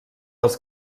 als